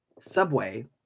Subway